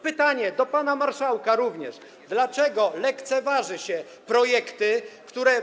Pytanie do pana marszałka również: Dlaczego lekceważy się projekty, które.